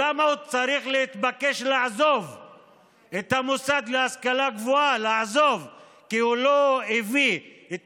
למה הוא צריך להתבקש לעזוב את המוסד להשכלה גבוהה כי הוא לא הביא את